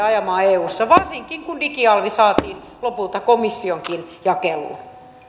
ajamaan eussa varsinkin kun digialvi saatiin lopulta komissionkin jakeluun